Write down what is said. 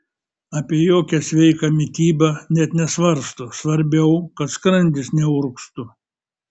apie jokią sveiką mitybą net nesvarsto svarbiau kad skrandis neurgztų